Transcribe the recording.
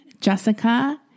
Jessica